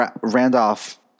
Randolph